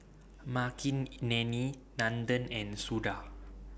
Makineni Nandan and Suda